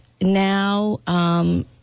now